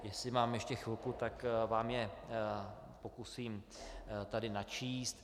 Jestli mám ještě chvilku, tak se vám je pokusím tady načíst.